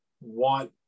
want